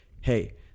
Hey